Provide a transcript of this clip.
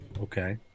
Okay